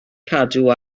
cadw